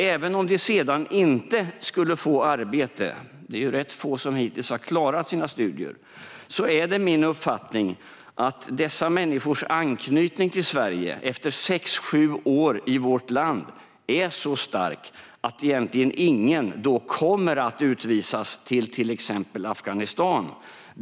Även om de sedan inte skulle få arbete - det är ju rätt få som hittills har klarat sina studier - är det min uppfattning att dessa människors anknytning till Sverige efter sex sju år i vårt land är så stark att egentligen ingen då kommer att utvisas till exempelvis Afghanistan.